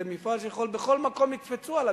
זה מפעל שבכל מקום יקפצו עליו.